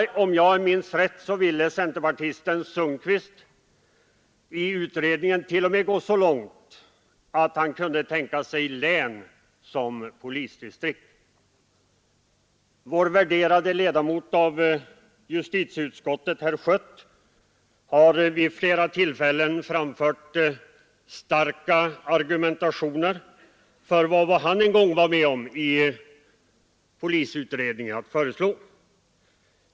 Om jag minns rätt gick centerpartisten Sundkvist i utredningen t.o.m. så långt att han kunde tänka sig län som polisdistrikt. Den värderade ledamoten av justitieutskottet herr Schött har vid flera tillfällen framfört starka argument för vad han en gång var med om att föreslå i polisutredningen.